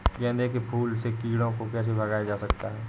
गेंदे के फूल से कीड़ों को कैसे भगाया जा सकता है?